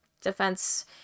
defense